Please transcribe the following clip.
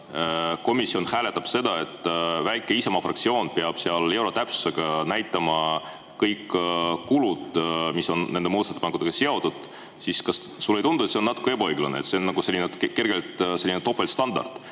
komisjon hääletab selle üle, et väike Isamaa fraktsioon peab seal euro täpsusega näitama kõik kulud, mis on nende muudatusettepanekutega seotud, siis kas sulle ei tundu, et see on natuke ebaõiglane? See on nagu kergelt topeltstandard.